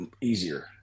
easier